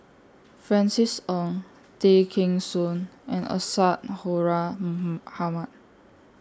Francis Ng Tay Kheng Soon and Isadhora Mohamed